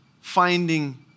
finding